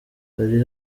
hari